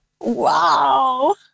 Wow